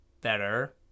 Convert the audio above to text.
better